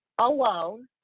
alone